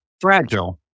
fragile